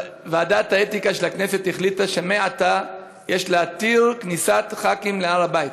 ועדת האתיקה של הכנסת החליטה שמעתה יש להתיר כניסת ח"כים להר הבית.